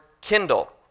kindle